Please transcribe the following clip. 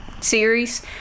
series